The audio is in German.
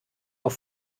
auf